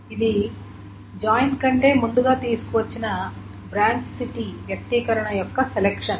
ఇది జాయిన్ కంటే ముందుగా తీసుకువచ్చిన బ్రాంచ్ సిటీ వ్యక్తీకరణ యొక్క సెలెక్షన్